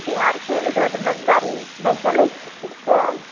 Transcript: बिहारके रोडमे गाड़ी नहि चलैत छै ठीक से